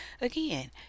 again